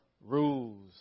rules